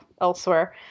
elsewhere